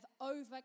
overcome